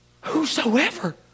Whosoever